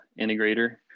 integrator